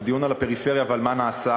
זה דיון על הפריפריה ועל מה נעשה.